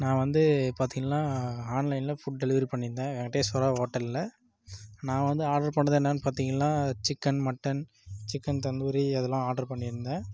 நான் வந்து பாத்திங்கனா ஆன்லைனில் ஃபுட் டெலிவரி பண்ணியிருந்தேன் வெங்கடேஷ்வரா ஹோட்டலில் நான் வந்து ஆர்டர் பண்ணது என்னன்னு பாத்திங்கனா சிக்கன் மட்டன் சிக்கன் தந்தூரி அதெல்லாம் ஆர்டர் பண்ணியிருந்தேன்